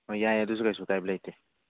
ꯍꯣꯏ ꯌꯥꯏ ꯑꯗꯨꯁꯨ ꯀꯩꯁꯨ ꯀꯥꯏꯕ ꯂꯩꯇꯦ